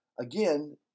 again